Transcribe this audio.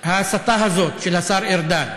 ההסתה הזאת של השר ארדן,